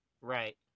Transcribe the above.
Right